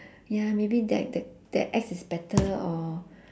ya maybe their their their ex is better or